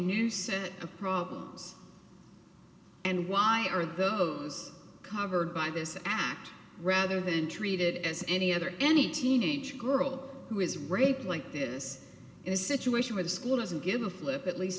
new set of problems and why are those covered by this act rather than treated as any other any teenage girl who is raped like this in a situation where the school doesn't give a flip at least